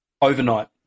overnight